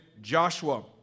Joshua